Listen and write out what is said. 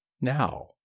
Now